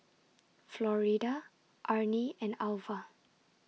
Florida Arnie and Alvah